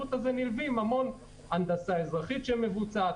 ולשירות הזה נלווית המון הנדסה אזרחית שמבוצעת,